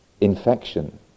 infection